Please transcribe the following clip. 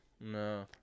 No